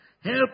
help